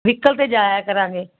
vehicle 'ਤੇ ਜਾਇਆ ਕਰਾਂਗੇ